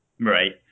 Right